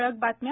ठळक बातम्या